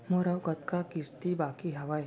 मोर अऊ कतका किसती बाकी हवय?